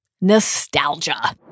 Nostalgia